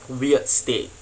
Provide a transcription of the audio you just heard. weird state